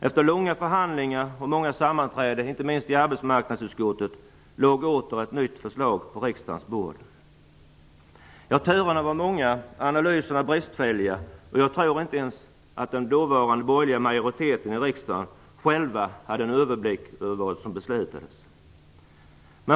Efter långa förhandlingar och många sammanträden, inte minst i arbetsmarknadsutskottet, låg åter ett nytt förslag på riksdagens bord. Turerna var många, analyserna bristfälliga, och jag tror inte ens att den dåvarande borgerliga majoriteten i riksdagen själv hade en överblick över vad som beslutades.